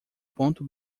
ponto